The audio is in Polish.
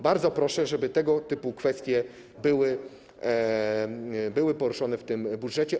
Bardzo proszę, żeby tego typu kwestie były poruszone w tym budżecie.